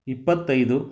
ಇಪ್ಪತ್ತೈದು